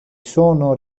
sono